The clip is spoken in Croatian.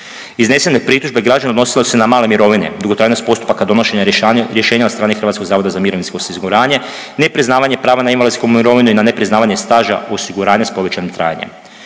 Iznesene pritužbe građana odnosile su se na male mirovine, dugotrajnost postupaka donošenja rješenja od strane HZMO-a, nepriznavanje prava na invalidsku mirovinu i na nepriznavanje staža osiguranja s povećanim trajanjem.